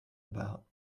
about